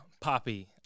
poppy